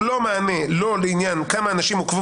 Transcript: הוא לא מענה לא לעניין כמה אנשים עוכבו